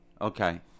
Okay